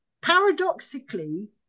paradoxically